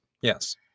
yes